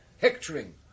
hectoring